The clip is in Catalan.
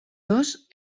dos